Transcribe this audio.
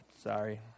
Sorry